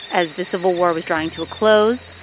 as the civil war was drawing to a close,